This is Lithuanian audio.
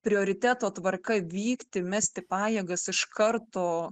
prioriteto tvarka vykti mesti pajėgas iš karto